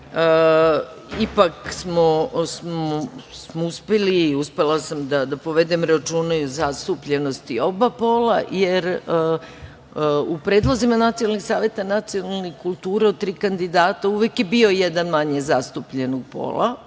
Ipak smo uspeli i uspela sam da povedem računa i o zastupljenosti oba pola, jer u predlozima Nacionalnih saveta nacionalnih kultura od tri kandidata uvek je bio jedan manje zastupljen u pola,